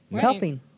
helping